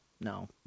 no